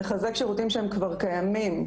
לחזק שירותים שכבר קיימים,